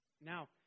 Now